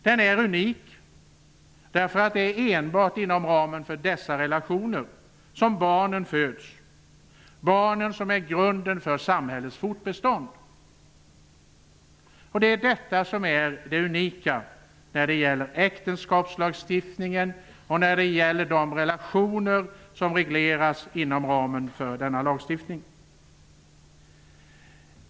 Det är enbart inom ramen för dessa relationer som barnen föds, och det är barnen som är grunden för samhällets fortbestånd. Det är detta som är det unika när det gäller äktenskapslagstiftningen och de relationer som regleras inom ramen för denna lagstiftning.